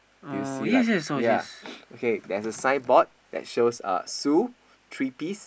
do you see like ya okay there's a signboard that shows uh Sue three piece